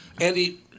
Andy